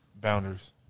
boundaries